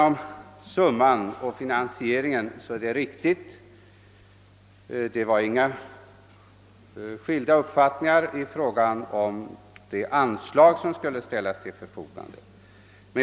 Det är riktigt som statsrådet säger, att det inte förelåg några skiljaktiga uppfattningar om de anslag som skulle ställas till förfogande.